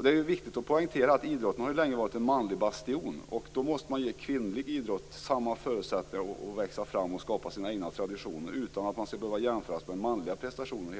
Det är viktigt att poängtera att idrotten länge har varit en manlig bastion. Då måste man ge kvinnlig idrott samma förutsättningar att växa fram och skapa sina egna traditioner utan att det hela tiden skall behöva göras jämförelser med manliga prestationer.